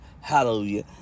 hallelujah